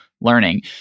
learning